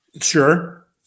Sure